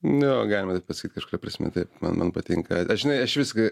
jo galima taip pasakyt kažkuria prasme taip man man patinka aš žinai aš viską